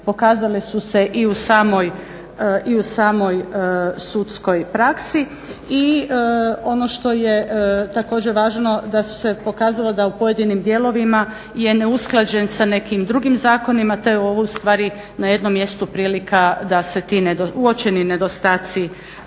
pokazale su se i u samoj sudskoj praksi. I ono što je također važno da su se pokazalo da u pojedinim dijelovima je neusklađen sa nekim drugim zakonima te je ovo u stvari na jednom mjestu prilika da se ti uočeni nedostaci